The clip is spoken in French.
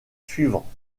suivants